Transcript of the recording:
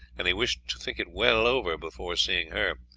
and he wished to think it well over before seeing her.